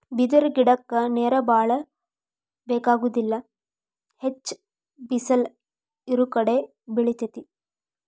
ಬಿದಿರ ಗಿಡಕ್ಕ ನೇರ ಬಾಳ ಬೆಕಾಗುದಿಲ್ಲಾ ಹೆಚ್ಚ ಬಿಸಲ ಇರುಕಡೆ ಬೆಳಿತೆತಿ